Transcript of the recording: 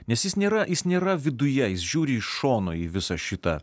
nes jis nėra jis nėra viduje jis žiūri iš šono į visą šitą